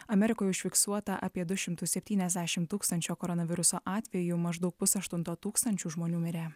amerikoje užfiksuota apie du šimtus septyniasdešim tūkstančių koronaviruso atvejų maždaug pusaštunto tūkstančių žmonių mirė